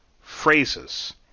phrases